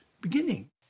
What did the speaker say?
beginning